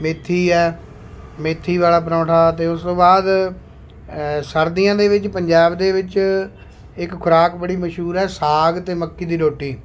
ਮੇਥੀ ਹੈ ਮੇਥੀ ਵਾਲ਼ਾ ਪਰੌਂਠਾ ਅਤੇ ਉਸ ਤੋਂ ਬਾਅਦ ਸਰਦੀਆਂ ਦੇ ਵਿੱਚ ਪੰਜਾਬ ਦੇ ਵਿੱਚ ਇੱਕ ਖੁਰਾਕ ਬੜੀ ਮਸ਼ਹੂਰ ਹੈ ਸਾਗ ਅਤੇ ਮੱਕੀ ਦੀ ਰੋਟੀ